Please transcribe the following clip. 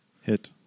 Hit